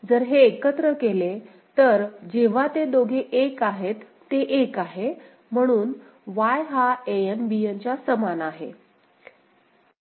जर हे एकत्र केले तर जेव्हा ते दोघे 1 आहेत ते 1 आहे म्हणून Y हा An Bn च्या समान आहे